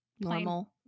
normal